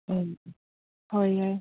ꯍꯣꯏ ꯍꯣꯏ ꯍꯣꯏ